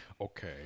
Okay